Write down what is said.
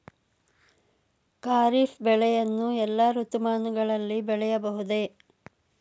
ಖಾರಿಫ್ ಬೆಳೆಯನ್ನು ಎಲ್ಲಾ ಋತುಮಾನಗಳಲ್ಲಿ ಬೆಳೆಯಬಹುದೇ?